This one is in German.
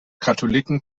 katholiken